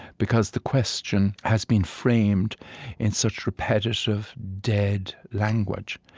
because the question has been framed in such repetitive, dead language.